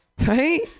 Right